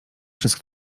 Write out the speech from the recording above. przez